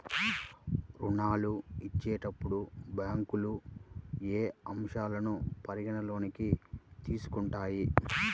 ఋణాలు ఇచ్చేటప్పుడు బ్యాంకులు ఏ అంశాలను పరిగణలోకి తీసుకుంటాయి?